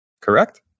correct